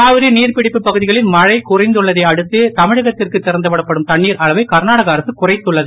காவிரி நீர்ப்பிடிப்பு பகுதிகளில் மழை குறைந்ததையடுத்து தமிழகத்திற்கு திறந்துவிடப்படும் தண்ணீர் அளவை கர்நாடகா அரசு குறைத்துள்ளது